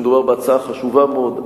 שמדובר בהצעה חשובה מאוד,